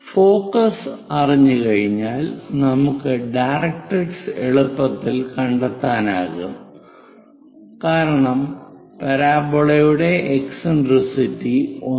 focus അറിഞ്ഞുകഴിഞ്ഞാൽ നമുക്ക് directrix എളുപ്പത്തിൽ കണ്ടെത്താനാകും കാരണം പരാബോളയുടെ എസ്സെൻട്രിസിറ്റി ഒന്നാണ്